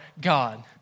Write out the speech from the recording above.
God